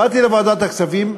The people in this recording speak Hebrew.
באתי לוועדת הכספים,